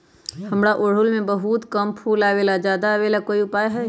हमारा ओरहुल में बहुत कम फूल आवेला ज्यादा वाले के कोइ उपाय हैं?